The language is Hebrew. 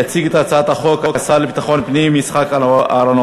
יציג את הצעת החוק השר לביטחון פנים יצחק אהרונוביץ.